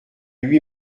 lui